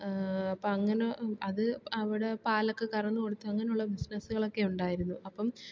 അപ്പങ്ങനെ അത് അവിടെ പാലക്ക കറന്നു കൊടുത്തു അങ്ങനെയുള്ള ബിസിനസുകളൊക്കെ ഉണ്ടായിരുന്നു അപ്പം